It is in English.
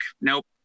nope